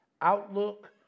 Outlook